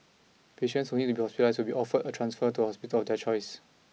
patients who need to be hospitalised will be offered a transfer to a hospital of their choice